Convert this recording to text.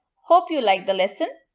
hope you liked the lesson,